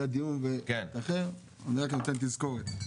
היה דיון והתאחר אני רק נותן תזכורת.